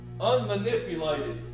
Unmanipulated